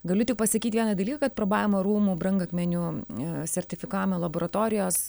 galiu tik pasakyt vieną dalyką kad prabavimo rūmų brangakmenių sertifikavimo laboratorijos